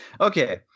okay